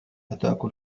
أتأكل